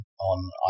on